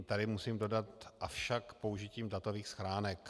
Tady musím dodat avšak použitím datových schránek.